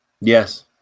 Yes